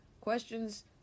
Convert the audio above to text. questions